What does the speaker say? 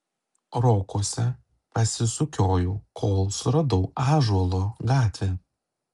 rokuose pasisukiojau kol suradau ąžuolo gatvę